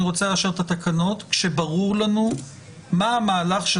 אני רוצה לאשר את התקנות כשברור לנו מה המהלך של